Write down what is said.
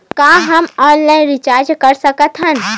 का हम online recharge कर सकत हन?